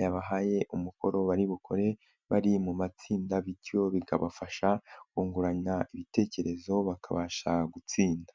yabahaye umukoro bari bukore bari mu matsinda bityo bikabafasha kungurana ibitekerezo bakabasha gutsinda.